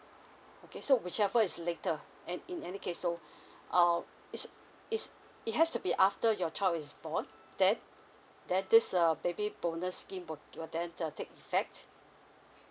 okay so whichever is later and in any case so um it's it's it has to be after your child is born then then this err baby bonus will will then uh take effect